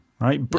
right